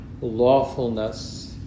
lawfulness